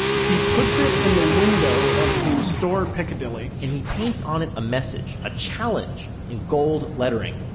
he puts it in the window of his store in piccadilly and he paints on it a message, a challenge in gold lettering.